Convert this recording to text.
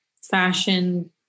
fashion